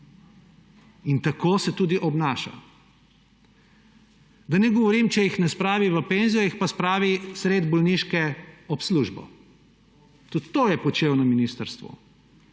In tako se tudi obnaša. Da ne govorim, če jih ne spravi v penzijo, jih pa spravi sredi bolniške ob službo. Tudi to je počel na ministrstvu.